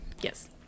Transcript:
yes